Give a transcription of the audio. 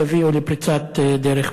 יביאו לפריצת דרך.